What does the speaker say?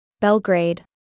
Belgrade